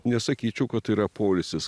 nesakyčiau kad tai yra poilsis